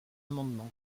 amendement